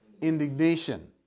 indignation